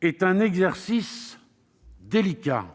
est un exercice délicat